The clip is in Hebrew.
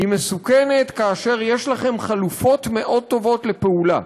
היא מסוכנת כאשר יש לכם חלופות מאוד טובות לפעולה.